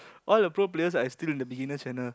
all the pro players are still in the beginner channel